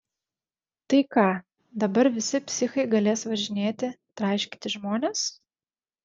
tai ką dabar visi psichai galės važinėti traiškyti žmones